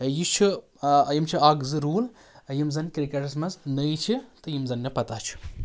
یہِ چھُ یِم چھِ اَکھ زٕ روٗل یِم زَن کِرٛکٮ۪ٹَس منٛز نٔے چھِ تہٕ یِم زَن مےٚ پَتَہ چھُ